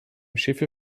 schiffe